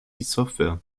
software